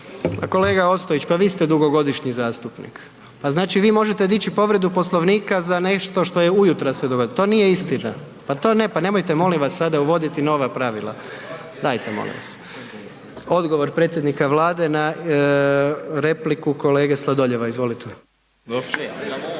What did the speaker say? Kolega Ostojić, pa vi ste dugogodišnji zastupnik pa znači vi možete dići povredu Poslovnika za nešto što se ujutro dogodilo? To nije istina, pa nemojte molim vas sada uvoditi nova pravila. Odgovor predsjednika Vlade na repliku kolege Sladoljeva. Izvolite. Kolege